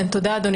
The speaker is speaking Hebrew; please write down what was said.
תודה, אדוני